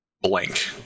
blank